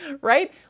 right